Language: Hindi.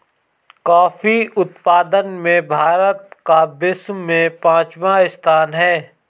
कॉफी उत्पादन में भारत का विश्व में पांचवा स्थान है